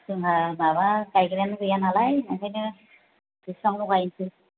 जोंहा माबा गायग्रायानो गैया नालाय ओंखायनो बेसिबांल' गायनोसै